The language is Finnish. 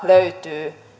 löytyy